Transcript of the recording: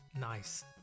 Nice